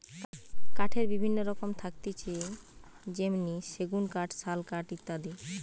কাঠের বিভিন্ন রকম থাকতিছে যেমনি সেগুন কাঠ, শাল কাঠ ইত্যাদি